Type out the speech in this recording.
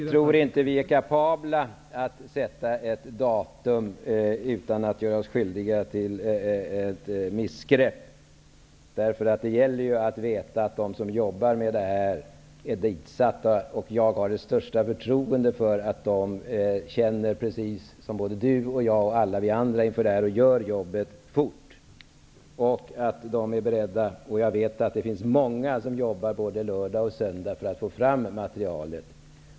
Herr talman! Jag tror inte att vi kan fastställa ett datum utan att därmed göra oss skyldiga till ett missgrepp. Det gäller ju att veta att de som jobbar med dessa frågor är tillsatta för det här ändamålet. Jag har allra största förtroende för att de som har den här uppgiften känner precis som vi båda och alla andra gör och att de gör sitt jobb fort. Jag vet att många jobbar både lördagar och söndagar med detta för att få fram materialet.